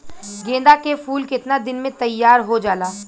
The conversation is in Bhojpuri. गेंदा के फूल केतना दिन में तइयार हो जाला?